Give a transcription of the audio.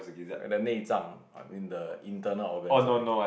like the 内脏: nie zang I mean the internal organs sorry